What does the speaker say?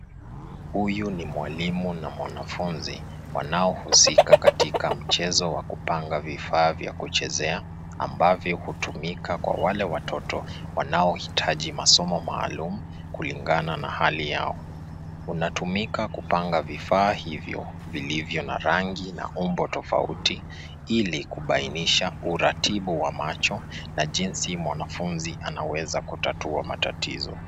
Huyu ni mwalimu na mwanafunzi wanaohusika katika mchezo wa kupanga vifaa vya kuchezea ambavyo hutumika kwa wale watoto wanaohitaji masoma maalum kulingana na hali yao. Unatumika kupanga vifaa hivyo vilivyo na rangi na umbo tofauti ili kubainisha uratibu wa macho na jinsi mwanafunzi anaweza kutatua matatizo.